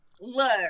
look